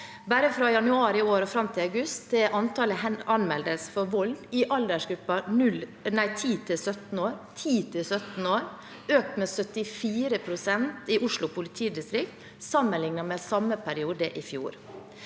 Bare fra januar i år og fram til august har antallet anmeldelser for vold i aldersgruppen 10 år til 17 år økt med 74 pst. i Oslo politidistrikt, sammenlignet med samme periode i fjor.